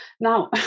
Now